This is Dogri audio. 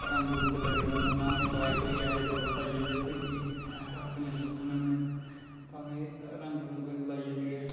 रंग रूंग लगेदा होंदा न्हाने दे कोई ऐसे दोस्त आई आंदे फिर बी आहें ठाकने ठुकने होने तामीं रंग रूंग लाई आंदे